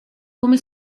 come